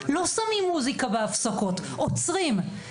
לא שמים מוסיקה בהפסקות עוצרים.